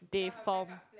they form